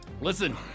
Listen